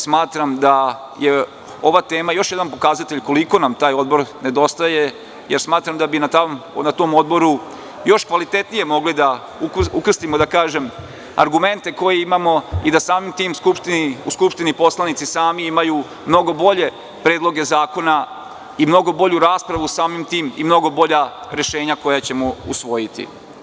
Smatram da je ova tema još jedan pokazatelj koliko nam taj odbor nedostaje, jer smatram da bi na tom odboru još kvalitetnije mogli da ukrstimo, da kažem, argumente koje imamo i da samim tim u Skupštini poslanici sami imaju mnogo bolje predloge zakona i mnogo bolju raspravu i mnogo bolja rešenja koja ćemo usvojiti.